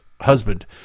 husband